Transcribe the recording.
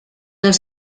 els